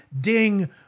ding